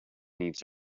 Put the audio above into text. needs